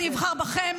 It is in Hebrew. אני אבחר בכם,